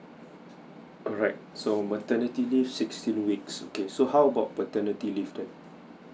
alright so maternity leave sixteen weeks okay so how about paternity leave then